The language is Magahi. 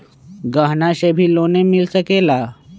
गहना से भी लोने मिल सकेला?